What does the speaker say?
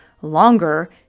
longer